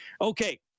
Okay